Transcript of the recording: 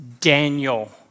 Daniel